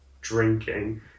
drinking